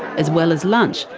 as well as lunch,